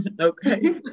okay